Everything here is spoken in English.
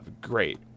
Great